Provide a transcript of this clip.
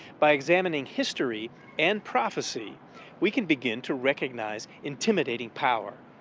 by examining history and prophecy we can begin to recognize intimidating power.